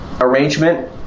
arrangement